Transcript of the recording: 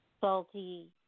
Salty